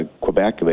Quebec